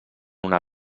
una